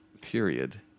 period